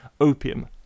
Opium